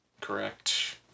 Correct